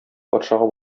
патшага